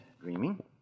dreaming